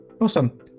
Awesome